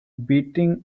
beating